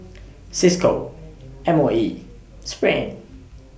CISCO M O E SPRING